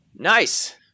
Nice